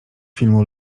filmu